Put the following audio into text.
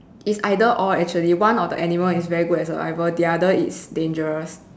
is either or actually one of the animal is very good at survival the other is dangerous